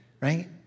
right